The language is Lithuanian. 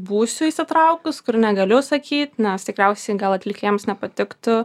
būsiu įsitraukus kur negaliu sakyt nes tikriausiai gal atlikėjams nepatiktų